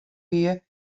wie